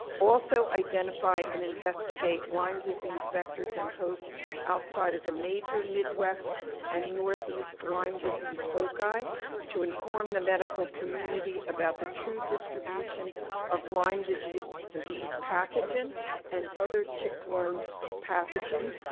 also, identify and investigate lyme disease vectors and hosts outside of the major midwest and northeast lyme disease foci to inform the medical community about the true distribution of lyme yeah disease pathogen and other tick-borne pathogens,